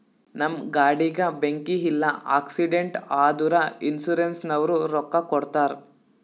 ನಮ್ ಗಾಡಿಗ ಬೆಂಕಿ ಇಲ್ಲ ಆಕ್ಸಿಡೆಂಟ್ ಆದುರ ಇನ್ಸೂರೆನ್ಸನವ್ರು ರೊಕ್ಕಾ ಕೊಡ್ತಾರ್